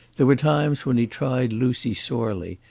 there were times when he tried lucy sorely,